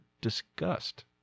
disgust